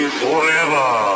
forever